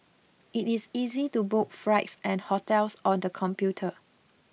it is easy to book flights and hotels on the computer